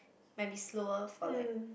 maybe slower for like